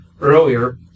earlier